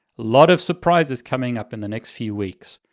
lot of surprises coming up in the next few weeks.